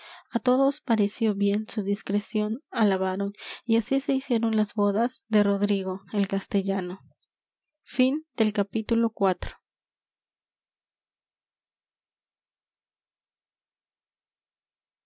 á todos pareció bien su discreción alabaron y así se hicieron las bodas de rodrigo el castellano